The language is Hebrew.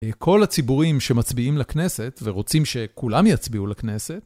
כל הציבורים שמצביעים לכנסת ורוצים שכולם יצביעו לכנסת